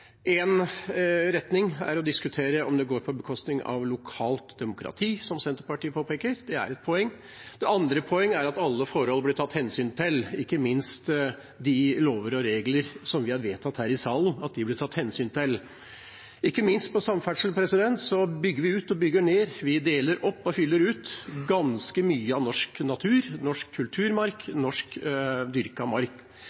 retning er å diskutere om det går på bekostning av lokalt demokrati, som Senterpartiet påpeker. Det er et poeng. Det andre poenget er at alle forhold blir tatt hensyn til, ikke minst at de lover og regler som vi har vedtatt her i salen, blir tatt hensyn til. Ikke minst på samferdsel bygger vi ut og bygger ned, vi deler opp og fyller ut ganske mye av norsk natur, norsk